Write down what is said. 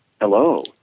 Hello